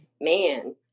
man